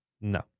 No